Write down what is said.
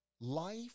Life